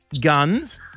guns